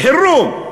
חירום,